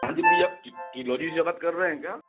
हाँ जी भैया जी चीलौजी से बात कर रहे हैं क्या